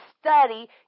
study